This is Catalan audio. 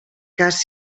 cas